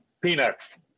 peanuts